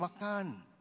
makan